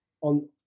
on